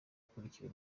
akurikiwe